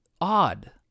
odd